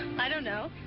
i don't know.